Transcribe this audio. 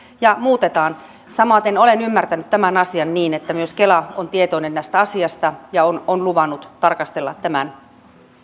ja muutetaan samaten olen ymmärtänyt tämän asian niin että myös kela on tietoinen tästä asiasta ja on on luvannut tarkastella tämän